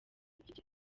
igira